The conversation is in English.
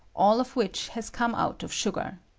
all of which has come out of sugar.